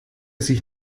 sich